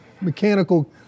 Mechanical